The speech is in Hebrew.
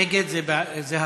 נגד זה הסרה.